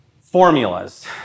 formulas